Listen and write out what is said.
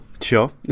sure